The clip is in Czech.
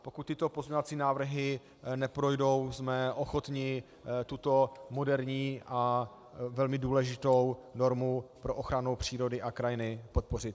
Pokud tyto pozměňovací návrhy neprojdou, jsme ochotni tuto moderní a velmi důležitou normu pro ochranu přírody a krajiny podpořit.